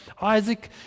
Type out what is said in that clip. Isaac